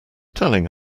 telling